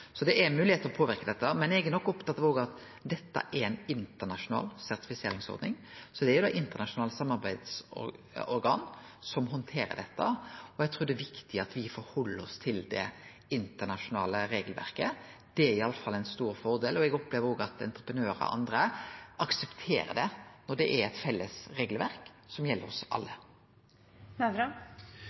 Det er moglegheiter til å påverke dette, men eg er nok opptatt av at det er ei internasjonal sertifiseringsordning, så det er eit internasjonalt samarbeidsorgan som handterer det. Eg trur det er viktig at me held oss til det internasjonale regelverket. Det er i alle fall ein stor fordel. Eg opplever òg at entreprenørar og andre aksepterer det. Det er eit felles regelverk som gjeld oss alle.